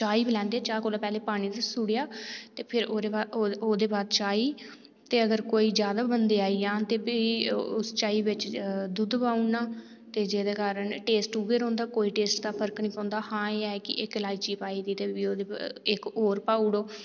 चाह् गै पिलांदे चाह् कोला पहले पानी पुच्छी ओड़ेआ ते फिर ओह्दे बाद चाह ही ते अगर कोई ज्यादा बंदे आई जान ते फिह् उस चाही बिच्च दुद्ध पाई ओड़ना ते जेहदे कारण टेस्ट रौंह्दा कोई टेस्ट दा फर्क नेई पौंदा हां एह् है कि इक इलाची पाई दी ते इक होर पाई ओड़ो